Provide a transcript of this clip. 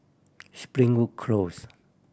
Springwood Close